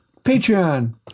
patreon